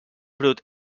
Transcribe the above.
brut